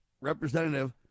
Representative